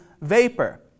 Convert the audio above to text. vapor